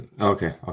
okay